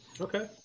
Okay